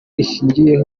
rishingiye